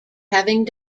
having